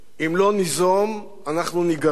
אם לא ניזום, אנחנו ניגרר,